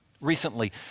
Recently